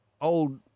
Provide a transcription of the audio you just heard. old